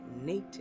native